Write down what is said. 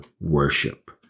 worship